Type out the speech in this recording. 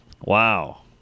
wow